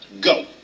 Go